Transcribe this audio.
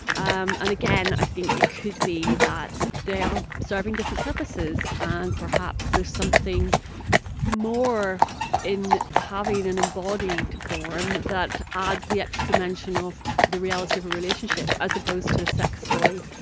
um and, again, i think it could be that they are serving different purposes, and perhaps there's something more in having an embodied form that adds the extra dimension of the reality of a relationship, as opposed to a sex toy,